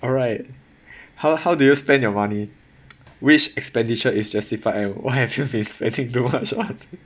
alright how how do you spend your money which expenditure is justified and what have you been spending too much on